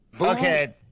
Okay